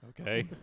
okay